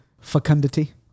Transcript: fecundity